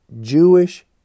Jewish